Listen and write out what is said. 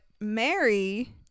Mary